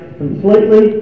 completely